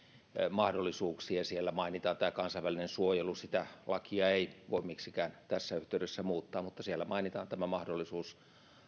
mahdollisuuksia siellä mainitaan tämä kansainvälinen suojelu sitä lakia ei voi miksikään tässä yhteydessä muuttaa mutta siellä mainitaan tämä mahdollisuus